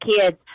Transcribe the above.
kids